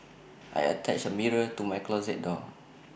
I attached A mirror to my closet door